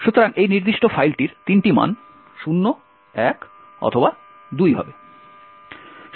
সুতরাং এই নির্দিষ্ট ফাইলটির 3টি মান 0 1 বা 2 হবে